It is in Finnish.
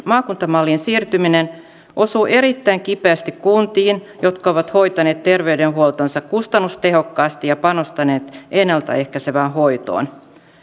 maakuntamalliin siirtyminen osuu erittäin kipeästi kuntiin jotka ovat hoitaneet terveydenhuoltonsa kustannustehokkaasti ja panostaneet ennalta ehkäisevään hoitoon